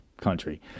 country